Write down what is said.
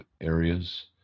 areas